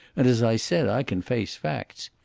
and, as i said, i can face facts.